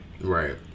Right